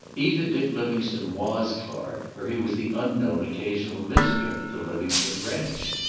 either dick livingstone was clark, or he was the unknown occasional visitor at the livingstone ranch.